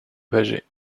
bâgé